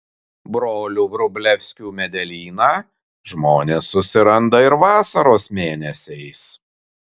brolių vrublevskių medelyną žmonės susiranda ir vasaros mėnesiais